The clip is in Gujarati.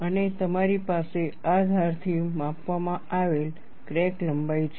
અને તમારી પાસે આ ધારથી માપવામાં આવેલ ક્રેક લંબાઈ છે